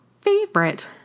favorite